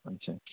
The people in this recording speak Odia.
ଆଚ୍ଛା